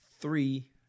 Three